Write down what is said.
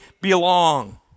belong